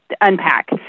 unpack